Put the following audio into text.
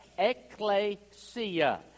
Ecclesia